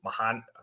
Mahan